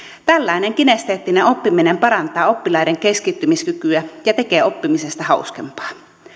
tällainen kinesteettinen oppiminen parantaa oppilaiden keskittymiskykyä ja tekee oppimisesta hauskempaa